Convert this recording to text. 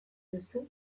duzu